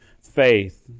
faith